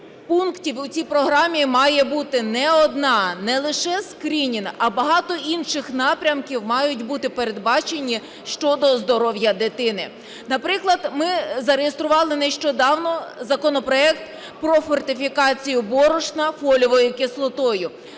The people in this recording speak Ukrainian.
пунктів у цій програмі має бути не один, не лише скринінг, а багато інших напрямків мають бути передбачені щодо здоров'я дитини. Наприклад, ми зареєстрували нещодавно законопроект про фортифікацію борошна фолієвою кислотою.